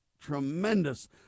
tremendous